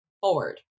forward